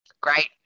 great